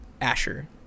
Asher